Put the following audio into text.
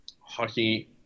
hockey